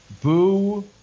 Boo